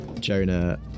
Jonah